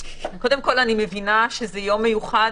מבינה שזה יום מיוחד,